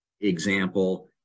example